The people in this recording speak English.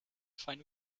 fine